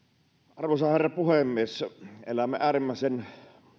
arvoisa herra puhemies elämme äärimmäisen